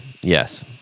yes